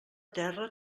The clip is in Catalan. terra